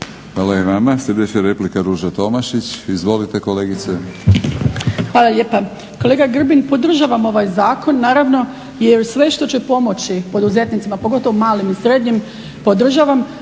Hvala i vama. Sljedeća replika Ruža Tomašić. Izvolite kolegice. **Tomašić, Ruža (HSP AS)** Hvala lijepa. Kolega Grbin podržavam ovaj zakon, naravno, jer sve što će pomoći poduzetnicima, pogotovo malim i srednjim podržavam